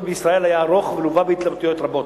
בישראל היה ארוך ולווה בהתלבטויות רבות"